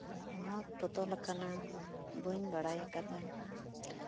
ᱦᱚᱱᱚᱛ ᱵᱚᱫᱚᱞ ᱟᱠᱟᱱᱟ ᱵᱟᱹᱧ ᱵᱟᱲᱟᱭ ᱟᱠᱟᱫᱟ